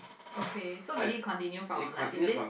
okay so did it continue from like that day